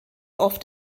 oft